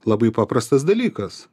labai paprastas dalykas